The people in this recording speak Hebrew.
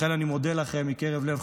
לכן אני מודה לכם מקרב לב,